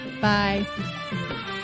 Bye